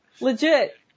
Legit